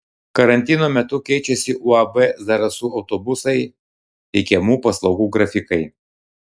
karantino metu keičiasi uab zarasų autobusai teikiamų paslaugų grafikai